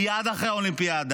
מייד אחרי האולימפיאדה,